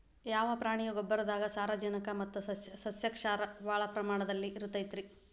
ಯಾವ ಪ್ರಾಣಿಯ ಗೊಬ್ಬರದಾಗ ಸಾರಜನಕ ಮತ್ತ ಸಸ್ಯಕ್ಷಾರ ಭಾಳ ಪ್ರಮಾಣದಲ್ಲಿ ಇರುತೈತರೇ?